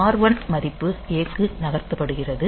R1 மதிப்பு A க்கு நகர்த்தப்படுகிறது